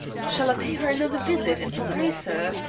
shall i pay her another visit and surprise her?